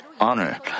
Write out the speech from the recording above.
honor